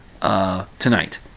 tonight